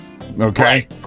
Okay